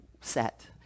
set